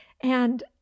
and